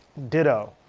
ditto.